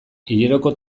hileroko